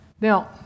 Now